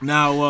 Now